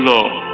Lord